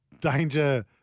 Danger